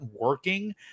working